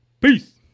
Peace